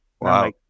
Wow